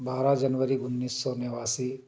बारह जनवरी उन्नीस सौ नवासी